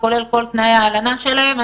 תנאי ההלנה שלהם,